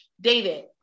David